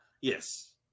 Yes